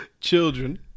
children